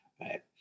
right